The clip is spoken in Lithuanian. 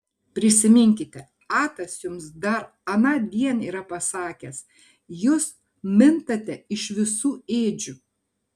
prisiminkite atas jums dar anądien yra pasakęs jūs mintate iš visų ėdžių